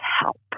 help